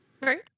right